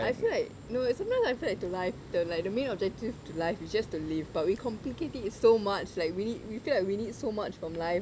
I feel like no sometimes I feel like to life the like the main objective to life is just to live but we complicate it so much like really we feel like we need so much from life